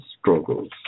struggles